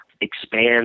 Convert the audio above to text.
expand